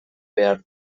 behar